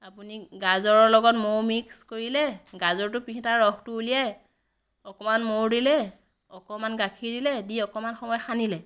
আপুনি গাজৰৰ লগত মৌ মিক্স কৰিলে গাজৰটো পিহি তাৰ ৰসটো উলিয়াই অকণমান মৌ দিলে অকণমান গাখীৰ দিলে দি অকণমান সময় সানিলে